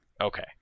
okay